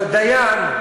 אבל דיין,